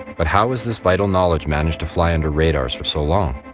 but how has this vital knowledge managed to fly under radars for so long?